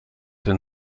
den